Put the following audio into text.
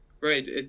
right